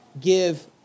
give